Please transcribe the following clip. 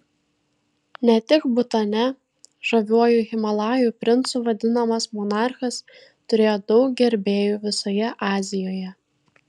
ne tik butane žaviuoju himalajų princu vadinamas monarchas turėjo daug gerbėjų visoje azijoje